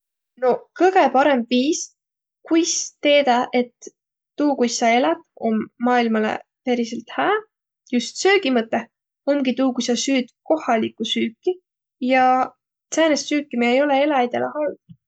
No kõgõ parõmb viis, kuis teedäq, et uu, kuis sa elät, om maailmalõ periselt hää, just söögi mõttõh, omgi tuu, ku sa süüt kohalikku süüki ja säänest süüki, miä ei olõq eläjidele halv.